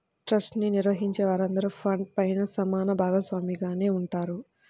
trust ని నిర్వహించే వారందరూ ఫండ్ పైన సమాన భాగస్వామిగానే ఉంటారు